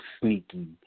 sneaky